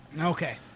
Okay